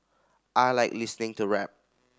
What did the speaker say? I like listening to rap